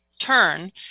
turn